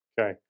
Okay